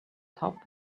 top